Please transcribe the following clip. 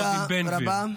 תודה רבה.